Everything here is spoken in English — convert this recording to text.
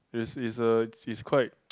is is a is quite